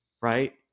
right